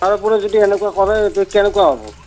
তাৰ উপৰি যদি এনেকুৱা কৰে তো কেনেকুৱা হ'ব